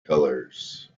colors